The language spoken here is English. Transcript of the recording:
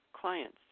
clients